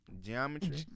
Geometry